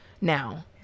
now